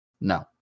no